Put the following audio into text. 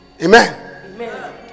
Amen